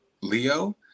Leo